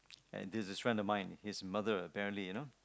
and this is a friend of mine his mother apparently you know